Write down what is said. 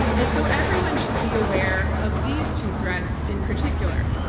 and so everyone should be aware of these two threats in particular.